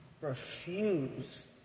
Refuse